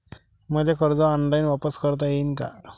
मले कर्ज ऑनलाईन वापिस करता येईन का?